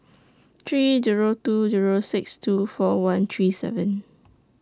three Zero two Zero six two four one three seven